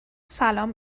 سلام